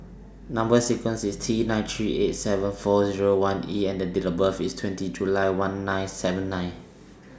Number sequence IS T nine three eight seven four Zero one E and Date of birth IS twenty July one nine seven nine